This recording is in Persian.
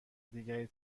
دیگری